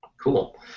Cool